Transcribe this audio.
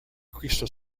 cristo